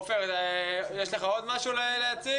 עופר, יש לך עוד משהו להציג?